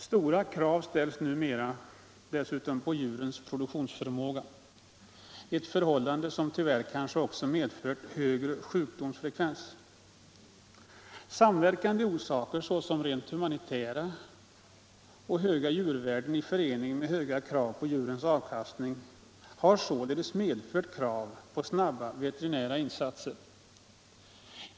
Stora krav ställs numera dessutom på djurens produktionsförmåga, ett förhållande som tyvärr kanske också medfört högre sjukdomsfrekvens. Samverkande orsaker, såsom rent humanitära, och höga djurvärden i förening med höga krav på djurens avkastning har således medfört krav på snabba veterinära insatser.